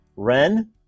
Ren